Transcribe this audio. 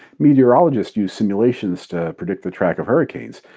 meteorologists use simulations to predict the track of hurricanes.